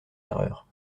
erreurs